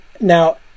Now